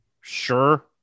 sure